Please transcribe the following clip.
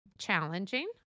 Challenging